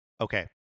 Okay